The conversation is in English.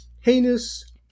heinous